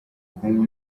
kunywa